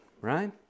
right